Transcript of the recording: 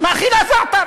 מאכילה זעתר,